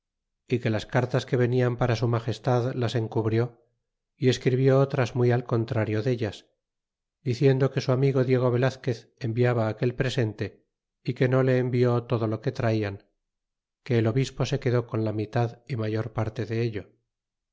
y que las cartas que venian para su magestad las encubrió y escribió otras muy al contrario dellas diciendo que su amigo diego velazquez enviaba aquel presente y que no le envió todo lo que traian que el obispo se quedó con la mitad y mayor parte dello